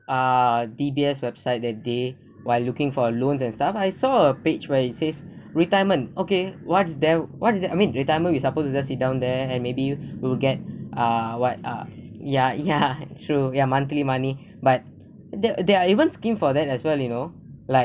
ah D_B_S website that day while looking for a loans and stuff I saw a page where it says retirement okay what's that what's that I mean retirement we suppose to just sit down there and maybe we will get ah what ah ya ya true ya monthly money but there are there are even scheme for that as well you know like